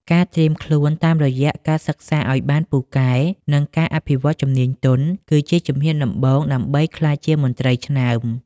ការត្រៀមខ្លួនតាមរយៈការសិក្សាឱ្យបានពូកែ និងការអភិវឌ្ឍជំនាញទន់ គឺជាជំហានដំបូងដើម្បីក្លាយជាមន្ត្រីឆ្នើម។